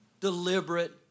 deliberate